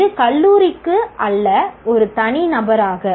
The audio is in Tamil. இது கல்லூரிக்கு அல்ல ஒரு தனிநபராக